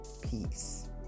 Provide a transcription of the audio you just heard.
peace